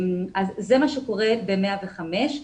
זה מה שקורה ב-105.